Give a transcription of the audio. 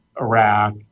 Iraq